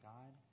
God